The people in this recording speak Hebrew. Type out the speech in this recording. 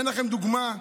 לדוגמה,